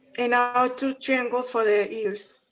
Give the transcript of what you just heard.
and now, two triangles for the ears